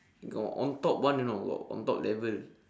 got on top one you know got on top level